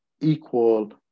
equal